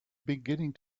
beginning